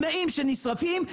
שנאים שנשרפים.